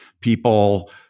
people